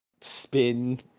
spin